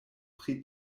pri